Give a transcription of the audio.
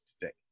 today